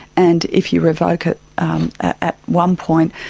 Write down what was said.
and if you revoke it at one point,